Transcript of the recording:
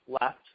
left